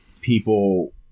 people